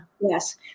Yes